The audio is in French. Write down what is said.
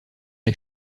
les